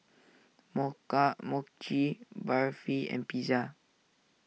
Mocha Mochi Barfi and Pizza